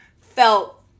felt